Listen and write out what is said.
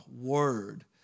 word